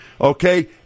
Okay